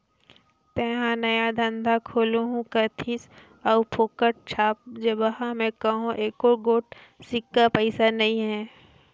तेंहा नया धंधा खोलहू कहिथस अउ फोकट छाप जेबहा में कहों एको गोट सिक्का पइसा नी हे